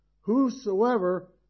whosoever